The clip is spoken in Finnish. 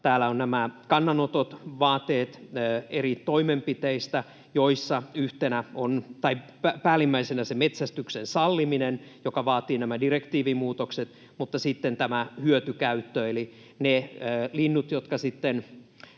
Täällä ovat nämä kannanotot, vaateet eri toimenpiteistä, joissa päällimmäisenä on se metsästyksen salliminen, joka vaatii nämä direktiivimuutokset. Mutta sitten on tämä hyötykäyttö: eli ne linnut, jotka sitten